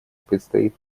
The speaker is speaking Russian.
предстоит